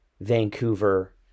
Vancouver